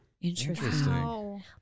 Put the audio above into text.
Interesting